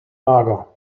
mager